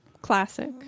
classic